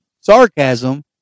sarcasm